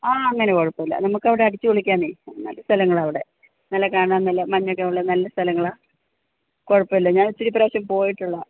ആ അങ്ങനെ കുഴപ്പമില്ല നമുക്ക് അവിടെ അടിച്ചു പൊളിക്കാന്നെ നല്ല സ്ഥലങ്ങളാ അവിടെ നല്ല കാണാൻ നല്ല മഞ്ഞൊക്കെയുള്ള നല്ല സ്ഥലങ്ങളാണ് കുഴപ്പമില്ല ഞാൻ ഒത്തിരി പ്രാവശ്യം പോയിട്ടുള്ളതാണ്